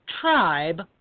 tribe